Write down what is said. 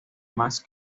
más